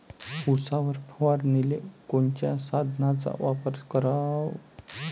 उसावर फवारनीले कोनच्या साधनाचा वापर कराव?